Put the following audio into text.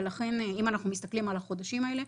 ולכן אם אנחנו מסתכלים על החודשים האלה,